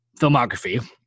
filmography